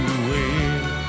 away